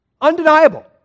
Undeniable